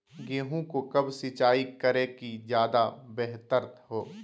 गेंहू को कब सिंचाई करे कि ज्यादा व्यहतर हो?